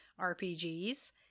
RPGs